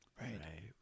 Right